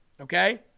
okay